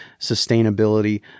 sustainability